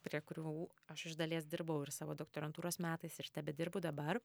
prie kurių aš iš dalies dirbau ir savo doktorantūros metais ir tebedirbu dabar